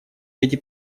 эти